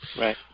right